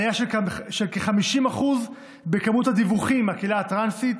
עלייה של כ-50% במספר הדיווחים מהקהילה הטרנסית,